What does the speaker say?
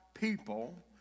people